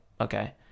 okay